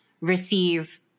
receive